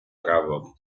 prawo